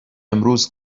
امروز